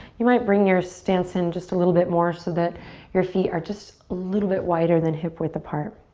you might bring your stance in just a little bit more so that your feet are just a little bit wider than hip width apart.